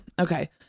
Okay